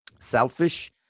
selfish